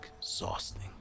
exhausting